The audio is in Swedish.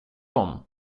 dem